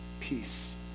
peace